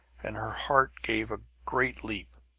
and her heart gave a great leap.